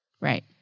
Right